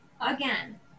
again